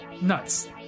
Nuts